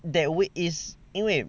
that way is 因为